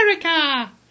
America